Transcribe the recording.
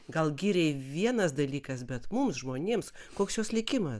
gal giriai vienas dalykas bet mums žmonėms koks jos likimas